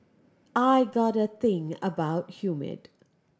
I got a thing about humid